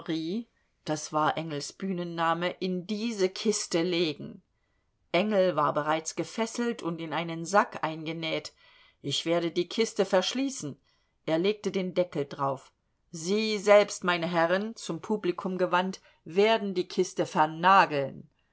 engels bühnenname in diese kiste legen engel war bereits gefesselt und in einen sack eingenäht ich werde die kiste verschließen er legte den deckel drauf sie selbst meine herren zum publikum gewandt werden die kiste vernageln